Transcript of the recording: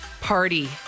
party